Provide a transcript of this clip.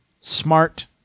smart